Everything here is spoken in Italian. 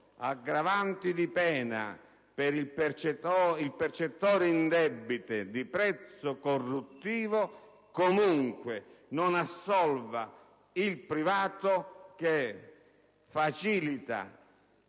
aggravanti di pena per i percettori indebiti di prezzo corruttivo, comunque non assolva il privato che facilita